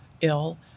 ill